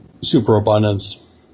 superabundance